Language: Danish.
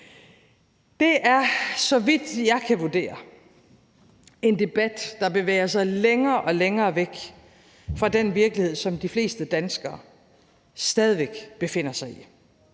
Det er, så vidt jeg kan vurdere, en debat, der bevæger sig længere og længere væk fra den virkelighed, som de fleste danskere stadig væk befinder sig i.